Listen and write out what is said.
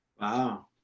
Wow